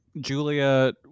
Julia